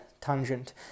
tangent